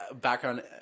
background